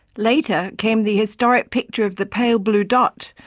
later came the historic picture of the pale blue dot,